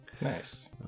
Nice